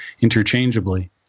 interchangeably